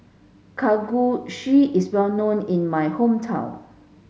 Kalguksu is well known in my hometown